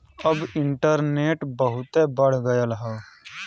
अब इन्टरनेट बहुते बढ़ गयल हौ